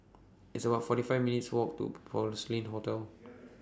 It's about forty five minutes' Walk to Porcelain Hotel